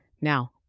Now